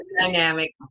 dynamic